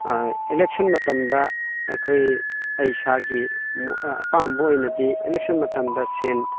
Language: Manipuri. ꯏꯂꯦꯛꯁꯟ ꯃꯇꯝꯗ ꯑꯩꯈꯣꯏ ꯑꯩ ꯏꯁꯥꯒꯤ ꯑꯄꯥꯝꯕ ꯑꯣꯏꯅꯗꯤ ꯏꯂꯦꯛꯁꯟ ꯃꯇꯝꯗ ꯁꯦꯜ